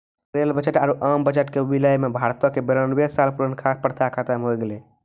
rail budget आरु आम budget के विलय ने भारतो के बेरानवे साल पुरानका प्रथा खत्म होय गेलै